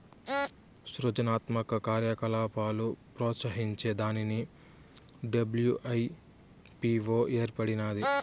సృజనాత్మక కార్యకలాపాలు ప్రోత్సహించే దానికి డబ్ల్యూ.ఐ.పీ.వో ఏర్పడినాది